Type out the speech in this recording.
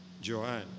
Joanne